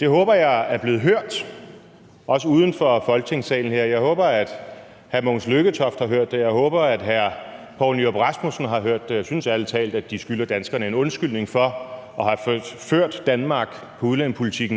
Det håber jeg er blevet hørt, også uden for Folketingssalen her. Jeg håber, at hr. Mogens Lykketoft har hørt det, jeg håber hr. Poul Nyrup Rasmussen har hørt det, og jeg synes ærlig talt, at de skylder danskerne en undskyldning for med udlændingepolitikken at have ført